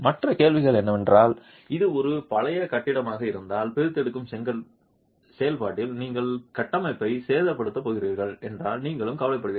மற்ற கேள்வி என்னவென்றால் இது ஒரு பழைய கட்டிடமாக இருந்தால் பிரித்தெடுக்கும் செயல்பாட்டில் நீங்கள் கட்டமைப்பை சேதப்படுத்தப் போகிறீர்கள் என்றால் நீங்களும் கவலைப்படுகிறீர்கள்